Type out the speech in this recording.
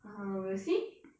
ha we'll see